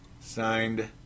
signed